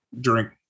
drink